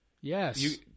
Yes